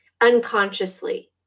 unconsciously